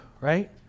right